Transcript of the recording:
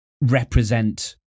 represent